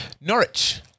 Norwich